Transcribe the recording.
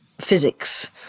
physics